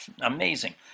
amazing